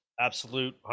absolute